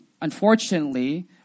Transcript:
unfortunately